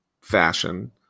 fashion